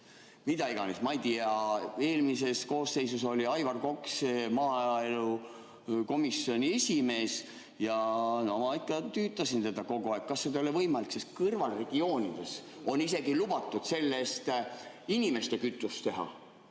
mida iganes, ma ei tea. Eelmises koosseisus oli Aivar Kokk maaelukomisjoni esimees ja ma tüütasin teda kogu aeg, kas ikka ei ole see võimalik, sest kõrvalregioonides on lubatud sellest isegi inimeste kütust teha.